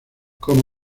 como